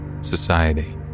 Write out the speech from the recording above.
society